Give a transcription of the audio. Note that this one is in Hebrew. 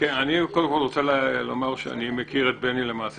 אני רוצה לומר שאני מכיר את בני למעשה